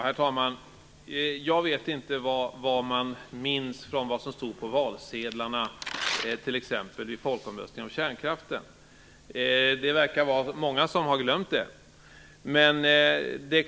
Herr talman! Jag vet inte vad man minns av det som stod på valsedlarna t.ex. vid folkomröstningen om kärnkraften. Många verkar ha glömt det.